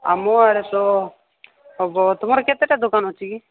ଆମ ଆଡ଼େ ତ ହବ ତୁମର କେତେଟା ଦୋକାନ ଅଛି କି